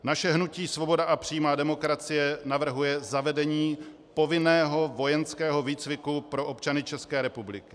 Naše hnutí Svoboda a přímá demokracie navrhuje zavedení povinného vojenského výcviku pro občany České republiky.